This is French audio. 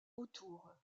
autour